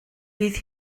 bydd